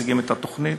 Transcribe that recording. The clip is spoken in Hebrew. מציגים את התוכנית,